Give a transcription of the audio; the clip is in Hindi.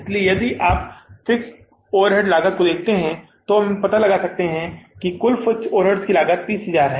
इसलिए यदि आप फिक्स्ड ओवरहेड लागत को देखेंगे तो आप यह पता लगा सकते हैं कि कुल फिक्स्ड ओवरहेड लागत 30000 सही है